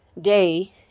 day